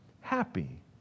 happy